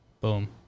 Boom